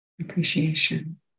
appreciation